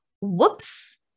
Whoops